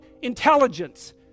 intelligence